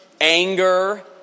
anger